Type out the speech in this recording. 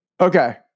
Okay